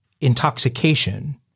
intoxication